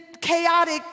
chaotic